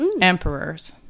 emperors